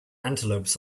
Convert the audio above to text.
antelopes